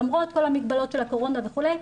למרות כל המגבלות של הקורונה וכולי,